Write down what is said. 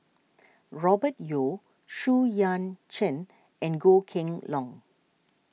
Robert Yeo Xu Yuan Zhen and Goh Kheng Long